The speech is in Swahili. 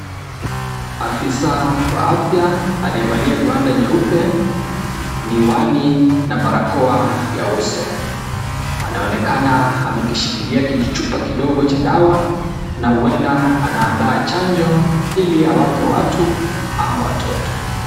Afisa wa afya aliyavalia gwanda nyeupe, miwani na barakoa ya uso, anaonekana amekishikilia kijichupa kidogo cha dawa, na huenda anaandaa chanjo ili awape watu ama watoto.